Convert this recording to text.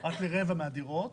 כרבע מהדיור.